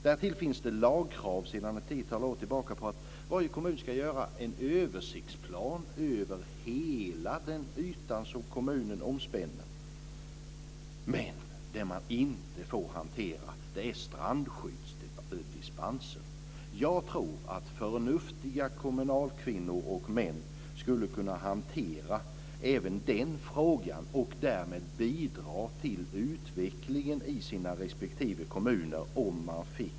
Därtill finns det lagkrav sedan ett tiotal år tillbaka om att varje kommun ska göra en översiktsplan över hela den yta som kommunen omspänner, men det man inte får hantera är strandskyddsdispensen. Jag tror att förnuftiga kommunalkvinnor och kommunalmän, om de fick möjligheter, skulle kunna hantera även den frågan och därmed bidra till utvecklingen i sina respektive kommuner.